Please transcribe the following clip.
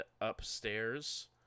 upstairs